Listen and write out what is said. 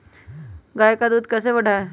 गाय का दूध कैसे बढ़ाये?